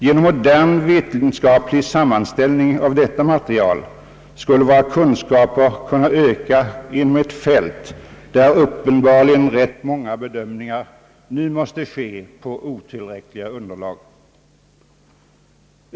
Genom modern vetenskaplig sammanställning av detta material skulle våra kunskaper kunna ökas inom ett fält, där uppenbarligen rätt många bedömningar nu måste ske på otillräckligt underlag.